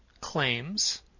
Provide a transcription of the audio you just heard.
claims